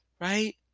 right